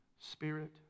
spirit